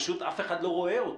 פשוט אף אחד לא רואה אותו.